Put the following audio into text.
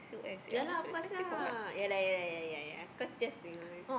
ya lah of course lah ya lah ya lah ya lah ya lah cause just remind